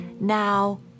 Now